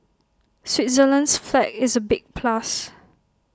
Switzerland's flag is A big plus